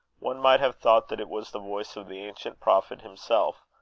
one might have thought that it was the voice of the ancient prophet himself,